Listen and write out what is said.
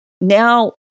now